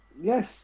Yes